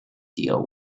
deal